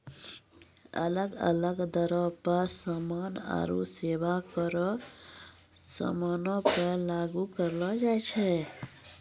अलग अलग दरो पे समान आरु सेबा करो के समानो पे लागू करलो जाय छै